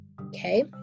okay